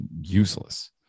useless